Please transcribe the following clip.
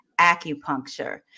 acupuncture